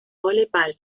volleyball